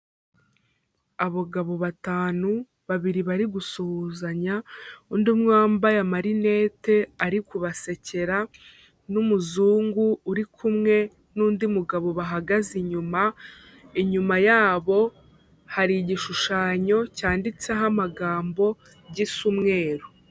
Abagabo batanu, babiri bari gusuhuzanya, undi umwe wambaye amarinete ari kubasekera, n'umuzungu uri kumwe n'undi mugabo bahagaze inyuma, inyuma yabo hariho igishushanyo cyanditseho amagambo gisa umweru.